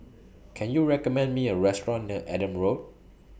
Can YOU recommend Me A Restaurant near Adam Road